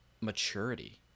maturity